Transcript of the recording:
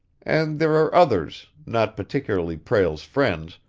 and there are others, not particularly prale's friends,